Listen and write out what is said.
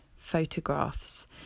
photographs